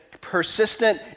persistent